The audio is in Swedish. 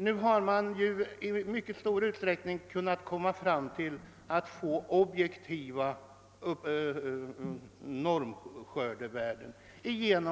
Nu har man i mycket stor utsträckning kunnat skapa objektiva normvärden för skörden